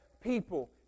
people